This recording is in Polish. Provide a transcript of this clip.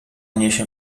niesie